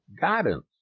guidance